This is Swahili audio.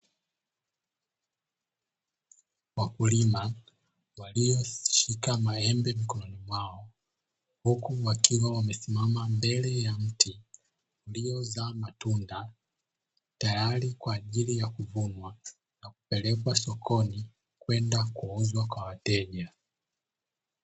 Wakulima walioshika maembe mikononi mwao huku wakiwa wamesimama mbele ya mti uliozaa matunda, tayari kwa ajili ya kuvunwa na kupelekwa sokoni kwenda kuuzwa kwa wateja.